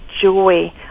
joy